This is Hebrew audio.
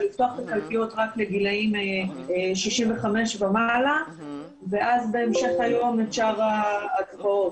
פותחים את הקלפיות לגילי 65 ומעלה ובהמשך היום לקיים את שאר ההצבעות.